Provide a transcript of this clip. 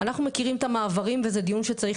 אנחנו מכירים את המעברים וזה דיון שצריך